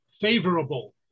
favorable